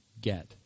get